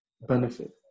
benefit